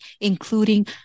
including